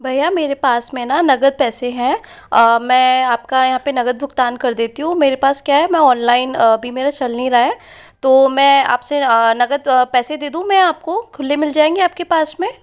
भैया मेरे पास में न नगद पैसे हैं मैं आपका यहाँ पर नकद भुगतान कर देती हूँ मेरे पास क्या है मैं ऑनलाइन अभी मेरा चल नहीं रहा है तो मैं आपसे नकद पैसे दे दूँ मैं आपको खुले मिल जाएंगे आपके पास में